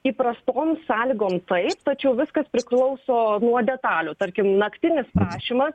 įprastom sąlygom taip tačiau viskas priklauso nuo detalių tarkim naktinis prašymas